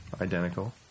Identical